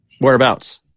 Whereabouts